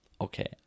Okay